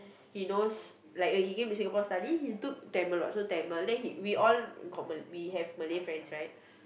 he knows like when he came to Singapore study he took Tamil what so Tamil then he~ we all we have Malay friends right